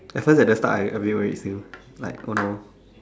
at first at the start I a bit worried still like oh no